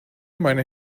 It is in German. meine